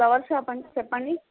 flowers shop అండి చెప్పండి